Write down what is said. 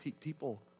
People